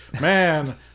man